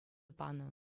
панӑ